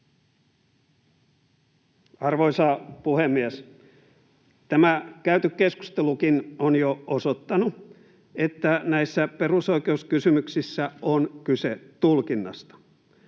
Arvoisa puhemies! Tämä käyty keskustelukin on jo osoittanut, että näissä perusoikeuskysymyksissä on kyse tulkinnasta.